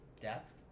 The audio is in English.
depth